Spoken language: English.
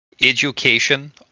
education